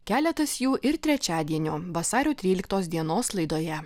keletas jų ir trečiadienio vasario tryliktos dienos laidoje